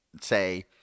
say